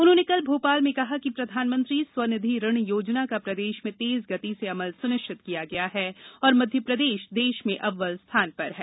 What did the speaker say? उन्होंने कल भोपाल में कहा कि प्रधानमंत्री स्व निधि ऋण योजना का प्रदेश में तेज गति से अमल सुनिश्चित किया गया है और मध्यप्रदेश देश में अव्वल स्थान पर है